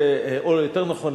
או יותר נכון,